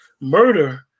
murder